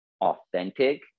authentic